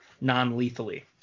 non-lethally